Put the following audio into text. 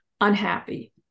unhappy